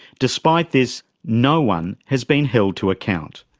despite this, no one has been held to account.